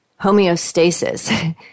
homeostasis